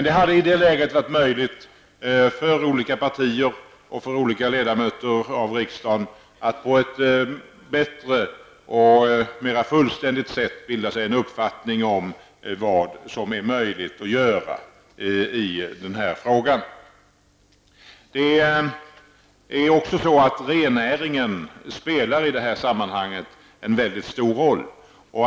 Det hade i det läget varit möjligt för olika partier och ledamöter i riksdagen att på ett bättre och mera fullständigt sätt bilda sig en uppfattning om vad som var möjligt att göra i den här frågan. Rennäringen spelar i sammanhanget en mycket stor roll.